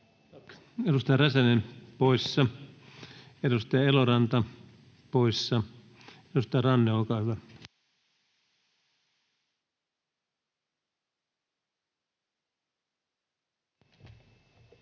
Edustaja Räsänen poissa, edustaja Eloranta poissa. — Edustaja Ranne, olkaa hyvä. [Speech 234] Speaker: